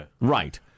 right